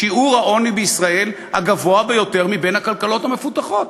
שיעור העוני בישראל הוא הגבוה ביותר בין הכלכלות המפותחות.